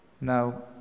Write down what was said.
Now